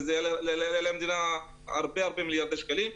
יעלה למדינה הרבה הרבה מיליארדי שקלים,